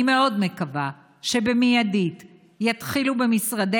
אני מאוד מקווה שבמיידית יתחילו במשרדי